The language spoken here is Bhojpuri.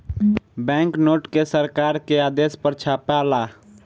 बैंक नोट के सरकार के आदेश पर छापाला